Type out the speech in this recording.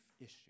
issue